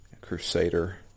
Crusader